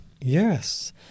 Yes